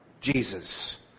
Jesus